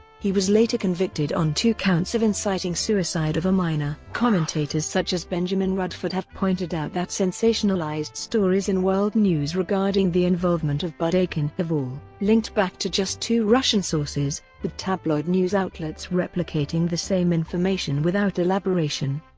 he was later convicted on two counts of inciting suicide of a minor. commentators such as benjamin radford have pointed out that sensationalized stories in world news regarding the involvement of budeikin have all linked back to just two russian sources, with tabloid news outlets replicating the same information without elaboration.